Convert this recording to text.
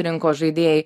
rinkos žaidėjai